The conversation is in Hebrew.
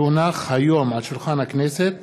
כי הונח היום על שולחן הכנסת